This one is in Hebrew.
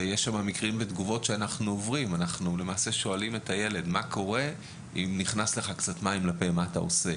אנחנו שואלים את הילד מה קורה אם נכנס לו קצת מים לפה,